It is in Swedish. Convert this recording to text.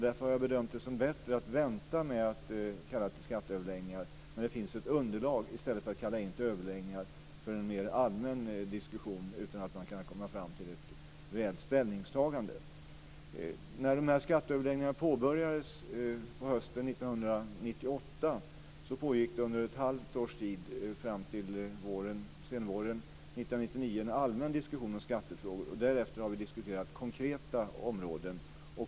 Därför har jag bedömt det som bättre att vänta med att kalla till skatteöverläggningar tills det finns ett underlag i stället för att kalla in till överläggningar för en mer allmän diskussion utan att man kan komma fram till ett reellt ställningstagande. 1998 pågick det under ett halvt års tid fram till senvåren 1999 en allmän diskussion om skattefrågor. Därefter har vi diskuterat konkreta områden.